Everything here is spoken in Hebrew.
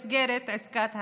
במסגרת עסקת המאה.